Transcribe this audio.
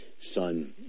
son